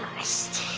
lost?